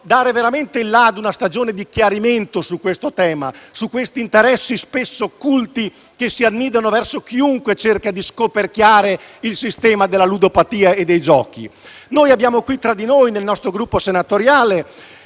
dare veramente il la ad una stagione di chiarimento su questo tema, su questi interessi spesso occulti che si annidano verso chiunque cerchi di scoperchiare il sistema della ludopatia e dei giochi. Noi abbiamo nel nostro Gruppo il senatore